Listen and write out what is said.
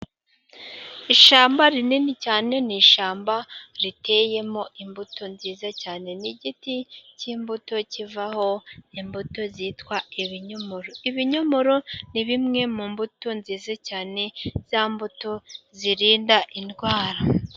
Ishyamba rinini cyane n'ishyamba riteyemo, imbuto nziza cyane n'igiti cy'imbuto kivaho imbuto zitwa ibinyomoro, ibinyomoro ni bimwe mu mbuto nziza cyane, za mbuto zirinda indwara.